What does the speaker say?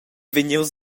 vegnius